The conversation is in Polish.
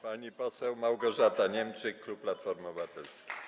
Pani poseł Małgorzata Niemczyk, klub Platformy Obywatelskiej.